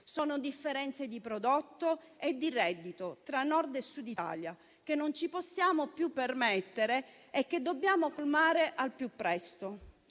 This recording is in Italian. Sono differenze di prodotto e di reddito tra Nord e Sud d'Italia che non ci possiamo più permettere e che dobbiamo colmare al più presto.